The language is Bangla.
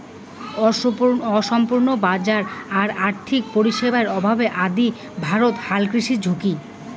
অসম্পূর্ণ বাজার আর আর্থিক পরিষেবার অভাব আদি ভারতত হালকৃষির ঝুঁকি